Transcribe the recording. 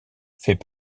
fait